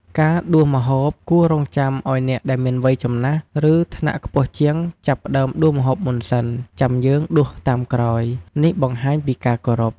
ការដួសម្ហូបគួររង់ចាំឱ្យអ្នកដែលមានវ័យចំណាស់ ឬ ថ្នាក់ខ្ពស់ជាងចាប់ផ្ដើមដួសម្ហូបមុនសិនចាំយើងដួសតាមក្រោយ នេះបង្ហាញពីការគោរព។